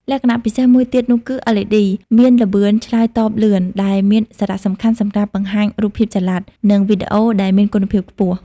លក្ខណៈពិសេសមួយទៀតនោះគឺLED មានល្បឿនឆ្លើយតបលឿន ដែលមានសារៈសំខាន់សម្រាប់បង្ហាញរូបភាពចល័ត និងវីដេអូដែលមានគុណភាពខ្ពស់។